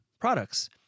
products